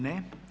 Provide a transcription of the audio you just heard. Ne.